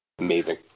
Amazing